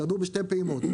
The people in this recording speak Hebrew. ירדו בשתי פעימות,